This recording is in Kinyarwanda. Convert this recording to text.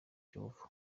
jehovah